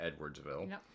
edwardsville